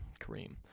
Kareem